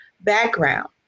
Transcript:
background